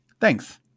Thanks